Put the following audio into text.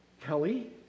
Kelly